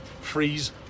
Freeze